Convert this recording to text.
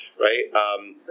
Right